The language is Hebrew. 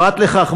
פרט לכך,